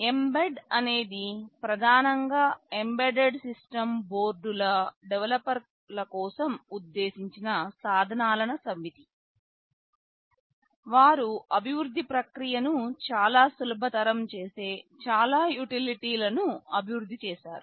mbed అనేది ప్రధానంగా embedded system బోర్డుల డెవలపర్ల కోసం ఉద్దేశించిన సాధనాల సమితి వారు అభివృద్ధి ప్రక్రియను చాలా సులభతరం చేసే చాలా యుటిలిటీలను అభివృద్ధి చేశారు